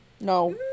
No